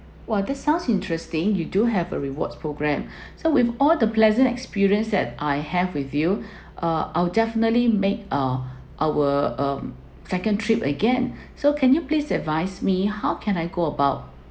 !wa! that sounds interesting you do have a rewards program so with all the pleasant experience that I have with you uh I'll definitely make uh our um second trip again so can you please advise me how can I go about